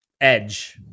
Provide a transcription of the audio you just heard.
Edge